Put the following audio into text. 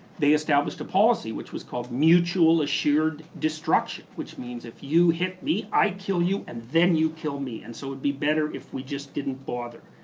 they established a policy which was called mutual assured destruction, which means if you hit me, i kill you, and then you kill me and so it would be better if we didn't bother.